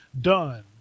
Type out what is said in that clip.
done